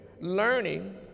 learning